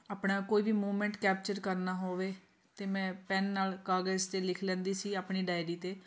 ਆਪਣਾ ਕੋਈ ਵੀ ਮੂਮਮੈਂਟ ਕੈਪਚਰ ਕਰਨਾ ਹੋਵੇ ਤਾਂ ਮੈਂ ਪੈੱਨ ਨਾਲ ਕਾਗਜ਼ 'ਤੇ ਲਿਖ ਲੈਂਦੀ ਸੀ ਆਪਣੀ ਡਾਇਰੀ 'ਤੇ